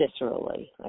viscerally